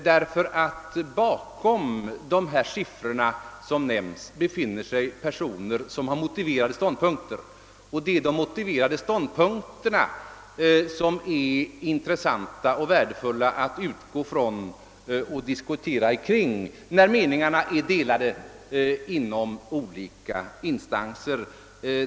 Det är de motiverade ståndpunkterna som' är intressanta och värdefulla att utgå ifrån och disku tera om när meningarna är delade inom olika instanser.